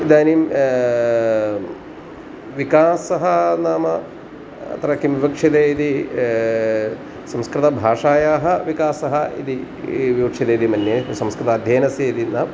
इदानीं विकासः नाम अत्र किं विवक्षते इति संस्कृतभाषायाः विकासः इति विवक्षते इति मन्ये संस्कृताध्ययनस्य इति नाम